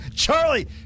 Charlie